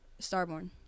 Starborn